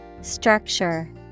Structure